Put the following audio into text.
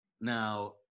Now